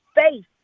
faith